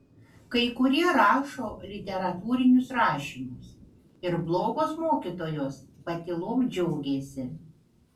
kai kurie rašo literatūrinius rašinius ir blogos mokytojos patylom džiaugiasi